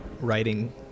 writing